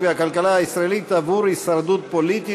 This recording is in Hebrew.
והכלכלה הישראלית עבור הישרדות פוליטית,